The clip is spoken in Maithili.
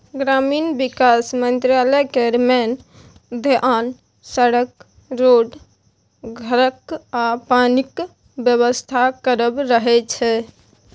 ग्रामीण बिकास मंत्रालय केर मेन धेआन सड़क, रोड, घरक आ पानिक बेबस्था करब रहय छै